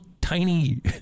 tiny